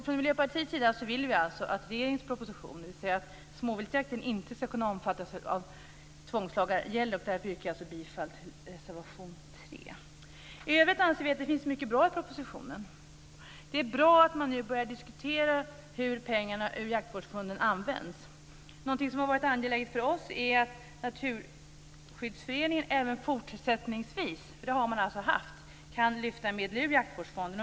Från Miljöpartiets sida vill vi alltså att regeringens proposition, dvs. detta att småviltsjakten inte ska kunna omfattas av tvångslagar, gäller. Därför yrkar jag bifall till reservation 3. För övrigt anser vi att det finns mycket bra i propositionen. Det är bra att man nu börjar diskutera hur pengarna i jaktvårdsfonden används. Något som har varit angeläget för oss är att Naturskyddsföreningen även fortsättningsvis, för det har man alltså gjort, kan lyfta medel ur jaktvårdsfonden.